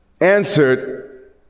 answered